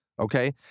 okay